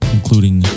including